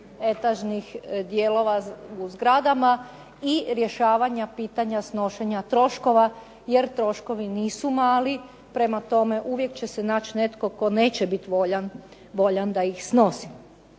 etažnih dijelova u zgradama i rješavanja pitanja snošenja troškova, jer troškovi nisu mali. Prema tome, uvijek će se naći netko tko neće biti voljan da ih snosi.